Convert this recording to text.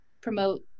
promote